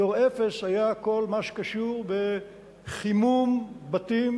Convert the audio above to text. דור אפס היה כל מה שקשור בחימום מים בבתים